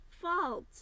fault